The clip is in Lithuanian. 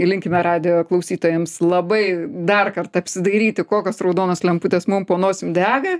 ir linkime radijo klausytojams labai dar kartą apsidairyti kokios raudonos lemputės mum po nosim dega